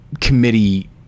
committee